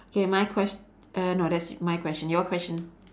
okay my ques~ uh no that's my question your question